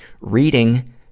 Reading